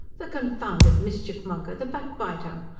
the confounded mischiefmonger the backbiter!